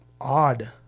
odd